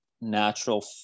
natural